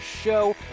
show